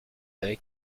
avec